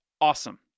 awesome